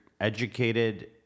educated